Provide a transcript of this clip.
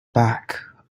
back